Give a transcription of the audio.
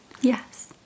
Yes